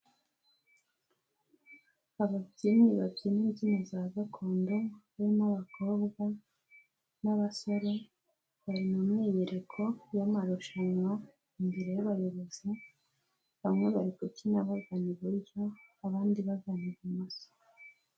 Ababyinnyi babyina imbyino za gakondo, harimo abakobwa n'abasore, bari mu myiyereko y'amarushanwa imbere y'abayobozi, bamwe bari gubyina bagana iburyo, abandi bakabyira ibumaso.